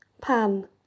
Pan